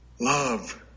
Love